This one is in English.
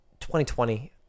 2020